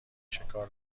شکار